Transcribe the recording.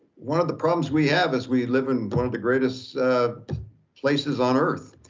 one of the problems we have is we live in one of the greatest places on earth,